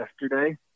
yesterday